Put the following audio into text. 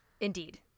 Indeed